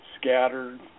scattered